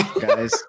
guys